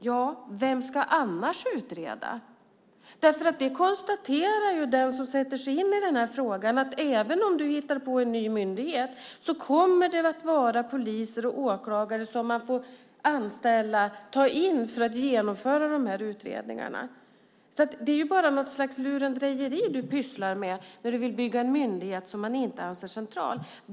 Ja, vem ska annars utreda? Den som sätter sig in i frågan kan konstatera att även om du hittar på en ny myndighet kommer det att vara poliser och åklagare som man får ta in för att genomföra utredningarna. Det är något slags lurendrejeri som du pysslar med när du vill bygga en myndighet som inte alls är central.